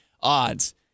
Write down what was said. odds